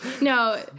No